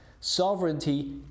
sovereignty